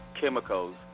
chemicals